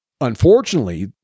Unfortunately